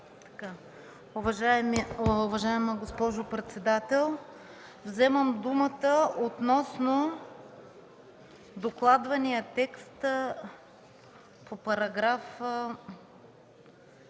Уважаема госпожо председател, вземам думата относно докладвания текст по § 21, става